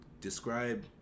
describe